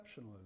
exceptionalism